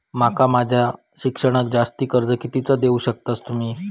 माका माझा शिक्षणाक जास्ती कर्ज कितीचा देऊ शकतास तुम्ही?